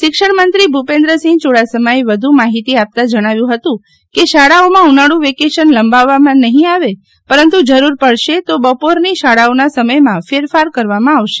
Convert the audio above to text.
શિક્ષણમંત્રી ભુપેન્દ્રસિંફ ચુડાસમાએ વધુ માહિતી આપતા જણાવ્યું ફતું કે શાળાઓમાં ઉનાળુ વેકેશન લંબાવવામાં નહિ આવે પરંતુ જરૂર પડશે તો બપોરની શાળાઓ ના સમય માં ફેરફાર કરવામાં આવશે